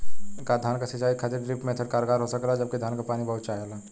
का धान क सिंचाई खातिर ड्रिप मेथड कारगर हो सकेला जबकि धान के पानी बहुत चाहेला?